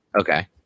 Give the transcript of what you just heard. okay